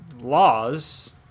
laws